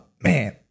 man